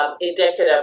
indicative